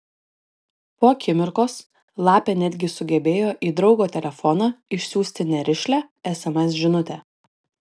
po akimirkos lapė netgi sugebėjo į draugo telefoną išsiųsti nerišlią sms žinutę